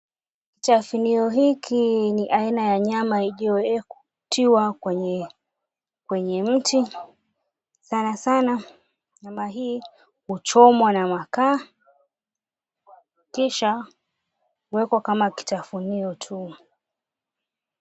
Kitafunio hiki ni aina ya nyama iliyotiwa kwenye mti. Sana sana nyama hii huchomwa na makaa, kisha huekwa kama kitafunio tuu.